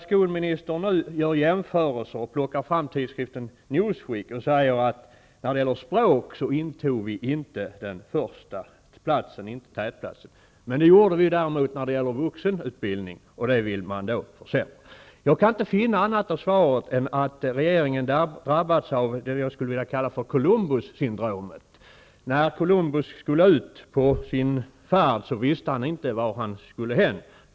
Skolministern gör jämförelser och plockar fram tidskriften Newsweek och säger att vi inte intog tätplatsern när det gäller språk. Det gjorde vi däremot när det gäller vuxenutbildning. Den vill man nu försämra. Jag kan inte förstå annat av svaret än att regeringen drabbats av vad jag skulle vilja kalla Columbussyndromet. När Columbus skulle ut på sin färd visste han inte vart han skulle hän.